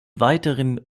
weiteren